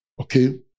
okay